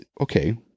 Okay